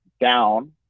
down